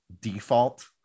default